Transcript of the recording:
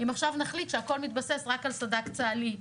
אם עכשיו נחליט שהכול מתבסס רק על סד"כ צה"לי,